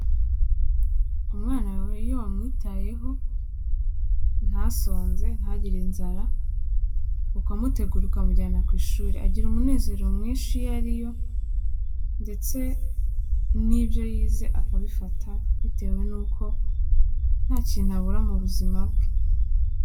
Umwana wawe iyo wamwitayeho ntasonze ntagire inzara, ukamutegura ukamujyana ku ishuri agira umunezero mwinshi iyo ariyo ndetse n'ibyo yize akabifata bitewe nuko nta kintu abura mu buzima bwe.